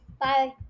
Bye